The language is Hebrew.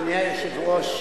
אדוני היושב-ראש,